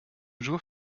jour